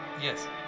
Yes